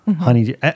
honey